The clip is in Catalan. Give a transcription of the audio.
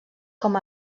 com